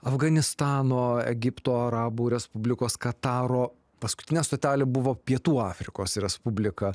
afganistano egipto arabų respublikos kataro paskutinė stotelė buvo pietų afrikos respublika